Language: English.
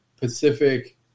Pacific